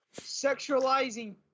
sexualizing